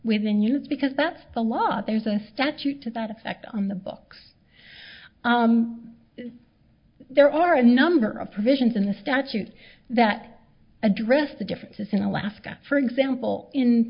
you because that's the law there's a statute to that effect on the books there are a number of provisions in the statutes that address the differences in alaska for example in